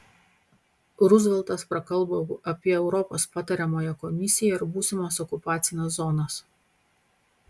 ruzveltas prakalbo apie europos patariamąją komisiją ir būsimas okupacines zonas